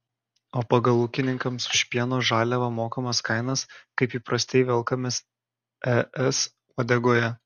o pagal ūkininkams už pieno žaliavą mokamas kainas kaip įprastai velkamės es uodegoje